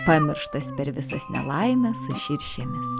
pamirštas per visas nelaimes su širšėmis